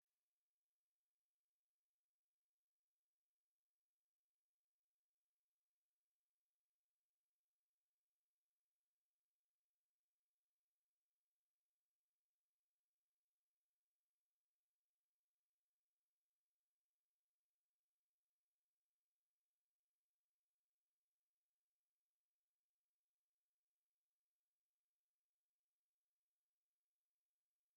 Ku bigo byinshi by'amashuri, usanga byubatse ahantu hitaruye biri byonyine ku gasozi bifite uruzitiro. Hariho n'inzugi ku muryango baba bashaka kwirinda isohoka ry'abana rya hato na hato. Birinda kandi n'abandi bantu kwinjira mu kigo uko bashatse kuko ntawamenya abantu ntibagenzwa na kamwe, ushobora gusanga harimo n'abagizi ba nabi.